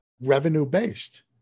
revenue-based